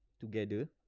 together